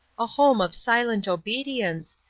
a home of silent obedience,